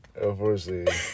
Unfortunately